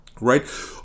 Right